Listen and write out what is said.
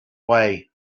way